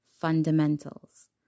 fundamentals